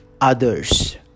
others